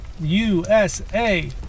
USA